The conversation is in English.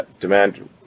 demand